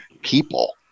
people